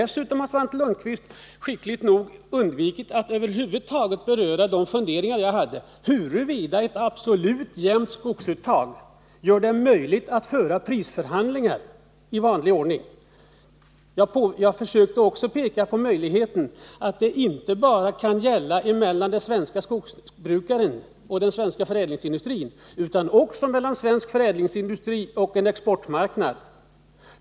Svante Lundkvist har skickligt nog undvikit att över huvud taget beröra de funderingar jag hade huruvida ett absolut jämnt skogsuttag gör det möjligt att föra prisförhandlingar i vanlig ordning. Jag försökte också peka på att det inte bara kan gälla förhandlingar mellan svenska skogsbrukare och den svenska förädlingsindustrin utan också mellan svensk förädlingsindustri och en exportmarknad.